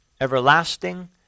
Everlasting